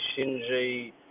Shinji